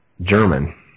German